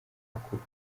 gakuba